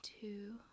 two